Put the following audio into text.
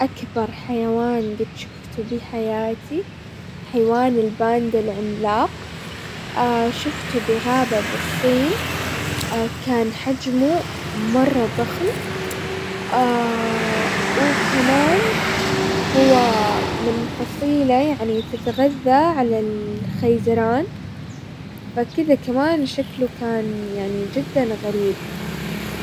اكبر حيوان قد شفته بحياتي، حيوان الباندا العملاق، شفته بغابة بالصين، كان حجمه مرة ضخم، وكمان هو من فصيلة يعني تتغذى على الخيزران، فكذا كمان شكله كان يعني جدا غريب.